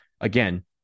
again